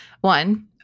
One